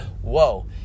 Whoa